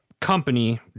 company